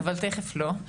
אבל תכף לא.